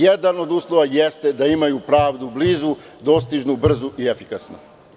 Jedan od uslova jeste da imaju pravdu blizu, dostižnu, brzu i efikasnu.